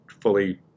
fully